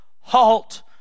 halt